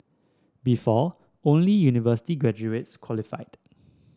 before only university graduates qualified